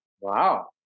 Wow